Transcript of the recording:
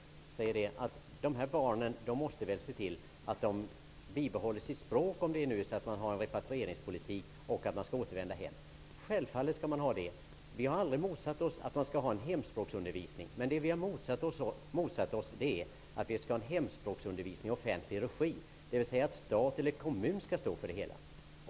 Hon säger att Ny demokati borde se till att de här barnen bibehåller sitt eget språk, om man nu vill föra en repatrieringspolitik och hjälpa flyktingar att kunna återvända hem. Självfallet är det så. I Ny demokrati har vi aldrig motsatt oss hemspråksundervisning. Det vi dock har motsatt oss är en hemspråksundervisning i offentlig regi, dvs att stat eller kommun skall stå för kostnaderna.